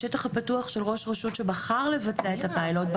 השטח הפתוח של ראש רשות שבחר לבצע את הפיילוט,